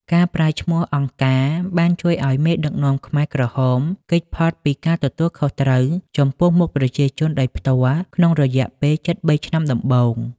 ការប្រើឈ្មោះ «អង្គការ» បានជួយឱ្យមេដឹកនាំខ្មែរក្រហមគេចផុតពីការទទួលខុសត្រូវចំពោះមុខប្រជាជនដោយផ្ទាល់ក្នុងរយៈពេលជិត ៣ ឆ្នាំដំបូង។